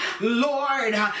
Lord